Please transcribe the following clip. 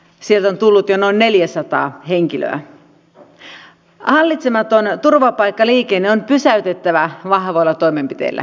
meillä oli kolme neljä viikkoa aikaa kasata paketti jonka sisältö on työlainsäädännön historiassa poikkeuksellinen